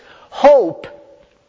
hope